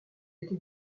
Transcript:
été